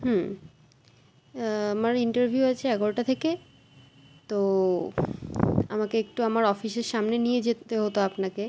হুম আমার ইন্টারভিউ আছে এগারোটা থেকে তো আমাকে একটু আমার অফিসের সামনে নিয়ে যেতে হতো আপনাকে